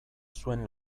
zuen